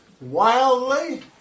wildly